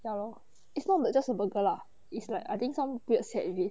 ya lor it's not just a burger lah it's like I think some weird set with it